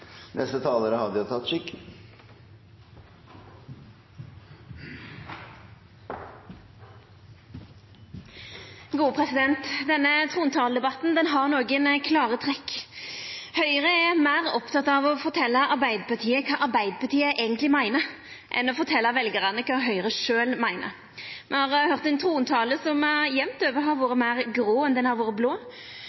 Denne trontaledebatten har nokre klare trekk. Høgre er meir oppteken av å fortelja Arbeidarpartiet kva Arbeidarpartiet eigentleg meiner, enn å fortelja veljarane kva Høgre sjølv meiner. Me har høyrt ein trontale som jamt over har